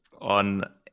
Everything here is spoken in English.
on